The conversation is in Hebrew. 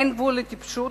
אין גבול לטיפשות,